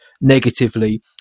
negatively